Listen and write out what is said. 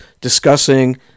discussing